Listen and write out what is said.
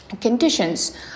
conditions